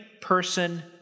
person